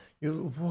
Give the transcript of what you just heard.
You-